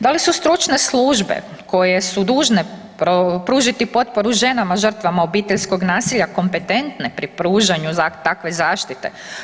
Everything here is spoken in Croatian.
Da li su stručne službe koje su dužne pružiti potporu ženama žrtvama obiteljskog nasilja kompetentne pri pružanju takve zaštite?